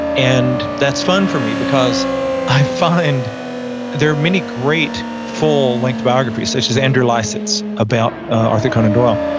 and that's fun for me because i find there many great full length biographies such as andrew licence about arthur conan doyle,